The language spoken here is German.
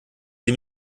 sie